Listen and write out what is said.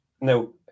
Now